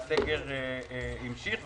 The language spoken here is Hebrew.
והסגר המשיך,